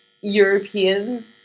Europeans